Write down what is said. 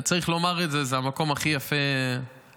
צריך לומר את זה, והמקום הכי יפה בארץ.